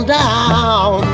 down